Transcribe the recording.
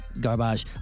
garbage